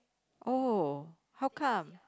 oh how come